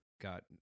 got